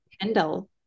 Kendall